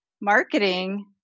marketing